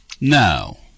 No